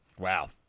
Wow